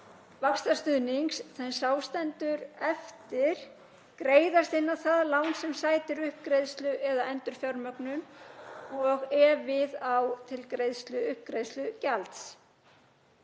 vaxtastuðnings sem þá stendur eftir greiðast inn á það lán sem sætir uppgreiðslu eða endurfjármögnun og ef við á til greiðslu uppgreiðslugjalds.